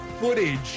footage